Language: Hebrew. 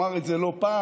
אמר את זה לא פעם,